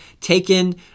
taken